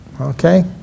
okay